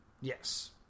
Yes